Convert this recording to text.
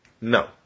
No